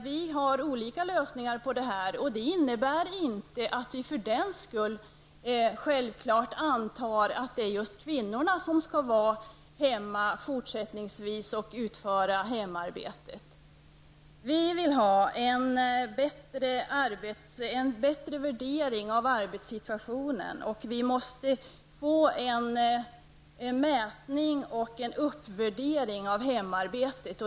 Vi har olika lösningar på det här. Det innebär inte att vi för den sakens skull antar att det just är kvinnorna som skall vara hemma fortsättningsvis och utföra hemarbete. Vi vill ha en bättre värdering av arbetssituationen, och vi måste få en mätning och uppvärdering av hemarbetet.